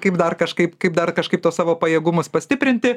kaip dar kažkaip kaip dar kažkaip tuos savo pajėgumus pastiprinti